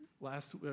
Last